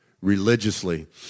religiously